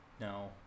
no